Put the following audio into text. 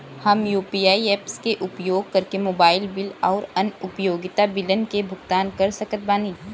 हम UPI apps के उपयोग करके मोबाइल बिल आउर अन्य उपयोगिता बिलन के भुगतान कर सकत बानी